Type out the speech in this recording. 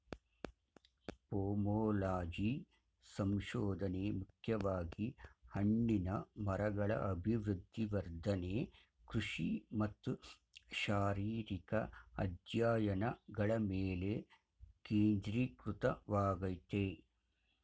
pomology ಸಂಶೋಧನೆ ಮುಖ್ಯವಾಗಿ ಹಣ್ಣಿನ ಮರಗಳ ಅಭಿವೃದ್ಧಿ ವರ್ಧನೆ ಕೃಷಿ ಮತ್ತು ಶಾರೀರಿಕ ಅಧ್ಯಯನಗಳ ಮೇಲೆ ಕೇಂದ್ರೀಕೃತವಾಗಯ್ತೆ